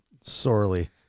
sorely